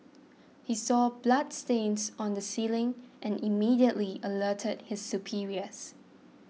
he saw bloodstains on the ceiling and immediately alerted his superiors